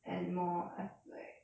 and more e~ like